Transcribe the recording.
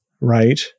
right